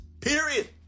period